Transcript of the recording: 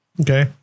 Okay